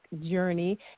journey